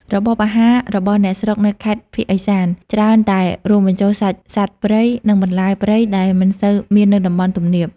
របបអាហាររបស់អ្នកស្រុកនៅខេត្តភាគឦសាន ច្រើនតែរួមបញ្ចូលសាច់សត្វព្រៃ និងបន្លែព្រៃដែលមិនសូវមាននៅតំបន់ទំនាប។